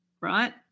right